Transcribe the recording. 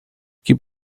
keep